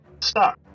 stop